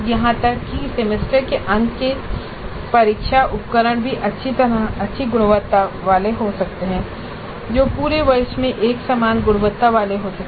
यहां तक कि सेमेस्टर के अंत के परीक्षा उपकरण भी अच्छी गुणवत्ता वाले हो सकते हैं जो पूरे वर्षों में एक समान गुणवत्ता वाले हो सकते हैं